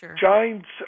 Giants